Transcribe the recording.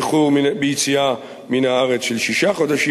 איחור ביציאה מן הארץ של שישה חודשים